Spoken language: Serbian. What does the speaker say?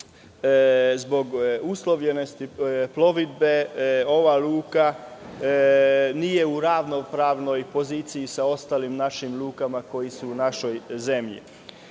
zbog uslovljenosti plovidbe ova luka nije u ravnopravnoj poziciji sa ostalim našim lukama koje su u našoj zemlji. Pored